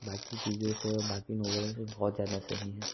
बाकी चीज़ों से और बाकी नोबल से बहुत ज़्यादा सही है